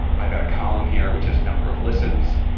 i've got a column here which is number of listens,